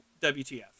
WTF